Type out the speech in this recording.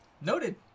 Noted